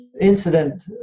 incident